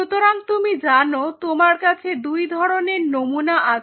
সুতরাং তুমি জানো তোমার কাছে দুই ধরনের নমুনা আছে